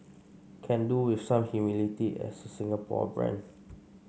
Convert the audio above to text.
can do with some humility as a Singapore brand